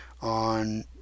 on